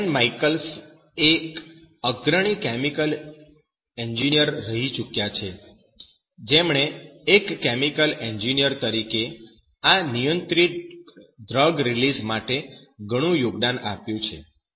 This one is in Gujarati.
એલેન માઈકલ્સ Alan Michael's એક અગ્રણી કેમિકલ એન્જિનિયર રહી ચૂક્યા છે જેમણે એક કેમિકલ એન્જિનિયર તરીકે આ નિયંત્રિત ડ્રગ રિલીઝ માટે ઘણું યોગદાન આપ્યું છે